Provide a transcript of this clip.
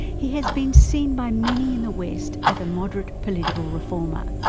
he has been seen by many in the west as a moderate political reformer.